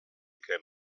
came